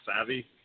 savvy